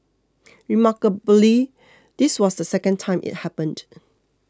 remarkably this was the second time it happened